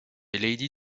lady